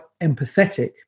empathetic